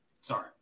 Sorry